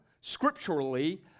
scripturally